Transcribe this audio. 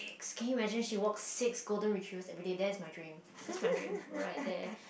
can you imagine she walks six golden retrievers everyday that is my dream that's my dream right there